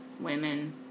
women